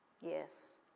Yes